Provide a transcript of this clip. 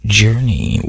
journey